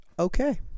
Okay